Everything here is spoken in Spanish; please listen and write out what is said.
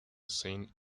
saint